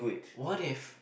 what if